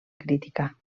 crítica